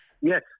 Yes